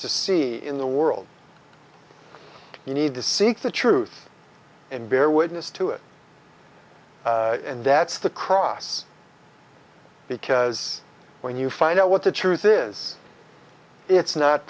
to see in the world you need to seek the truth and bear witness to it and that's the cross because when you find out what the truth is it's not